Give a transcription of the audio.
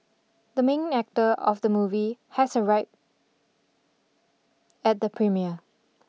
the main actor of the movie has arrived at the premiere